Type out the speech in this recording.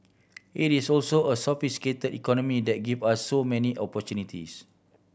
it is also a sophisticate economy that give us so many opportunities